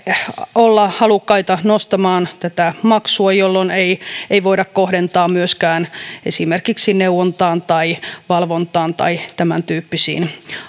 olla halukkaita nostamaan tätä maksua jolloin ei sitten voida kohdentaa myöskään esimerkiksi neuvontaan tai valvontaan tai tämäntyyppisiin